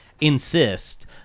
insist